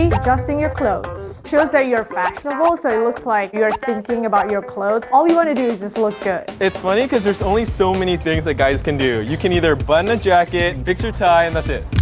and adjusting your clothes. shows that you're fashionable so it looks like you're thinking about your clothes. all you wanna do is just look good. it's funny cause there's only so many things that guys can do. you can either button a jacket, fix your tie, and that's it.